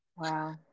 Wow